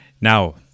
Now